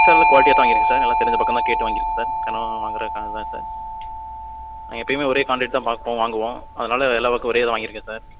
sir நல்ல குவாலிட்டியாகதான் வாங்கியிருக்கு சார் நல்லா தெரிஞ்ச பக்கம்தான் கேட்டு வாங்கியிருக்கு சார் தினம் வாங்குகிற கடைதான் சார் எப்போயுமே ஒரே கான்ட்ரேட்தான் பார்ப்போம் வாங்குவோம் அதனால எல்லா ஒர்கும் ஒரே இதாக வாங்கியிருக்கேன் சார்